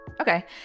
Okay